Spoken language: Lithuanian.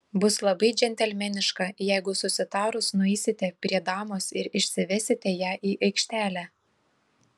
bus labai džentelmeniška jeigu susitarus nueisite prie damos ir išsivesite ją į aikštelę